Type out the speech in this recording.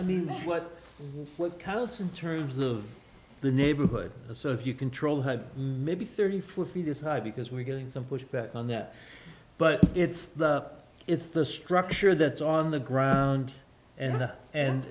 in terms of the neighborhood so if you control had maybe thirty four feet is high because we're getting some pushback on that but it's the it's the structure that's on the ground and